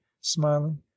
smiling